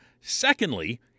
Secondly